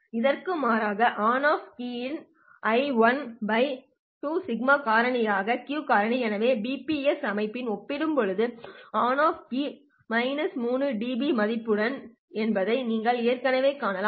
இதற்கு மாறாக on off keying I1 2σ1 க்கான Q காரணி எனவே BPSK அமைப்புடன் ஒப்பிடும்போது ON OFF கீயிங் 3dB மதிப்புடையது என்பதை நீங்கள் ஏற்கனவே காணலாம்